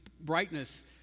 brightness